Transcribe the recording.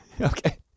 okay